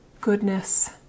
goodness